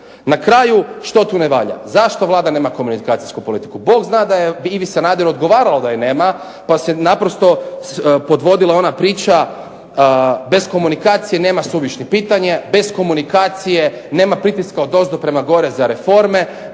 na kraju, što tu ne valja? Zašto Vlada nema komunikacijsku politiku? Bog zna da je Ivi Sanaderu odgovaralo da je nema pa se naprosto podvodila ona priča bez komunikacije nema suvišnih pitanja, bez komunikacije nema pritiska odozdo prema gore za reforme,